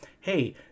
hey